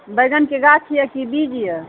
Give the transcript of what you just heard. बैगनके गाछ यऽ कि बीज यऽ